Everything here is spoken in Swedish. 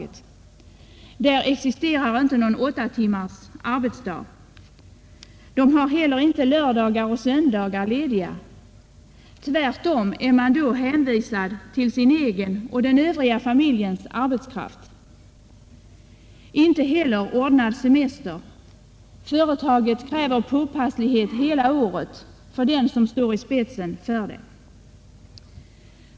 Där existerar inte någon åtta timmars arbetsdag. Man har heller inte lördagar och söndagar lediga — tvärtom är man då hänvisad till sin egen och den övriga familjens arbetskraft. Inte heller är det fråga om ordnad semester — företaget kräver påpasslighet hela året av den som står i spetsen för det.